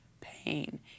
pain